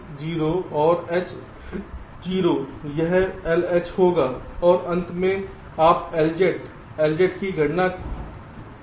यह LH होगा और अंत में आप LZ LZ की गणना करते हैं